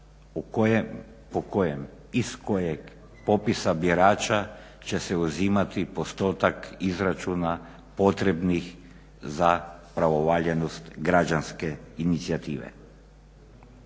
po kojem, iz kojeg popisa birača će se uzimati postotak izračuna potrebnih za pravovaljanost građanske inicijative.